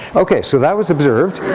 ok, so that was observed.